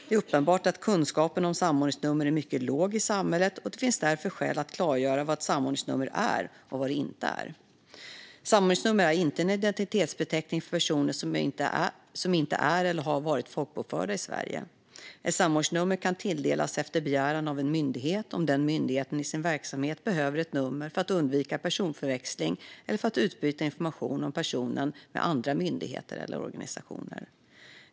Det är uppenbart att kunskapen om samordningsnummer är mycket låg i samhället, och det finns därför skäl att klargöra vad ett samordningsnummer är och vad det inte är. Samordningsnummer är en identitetsbeteckning för personer som inte är eller har varit folkbokförda i Sverige. Ett samordningsnummer kan tilldelas efter begäran av en myndighet om den myndigheten i sin verksamhet behöver ett nummer för att undvika personförväxling eller för att utbyta information om personen med andra myndigheter eller organisationer.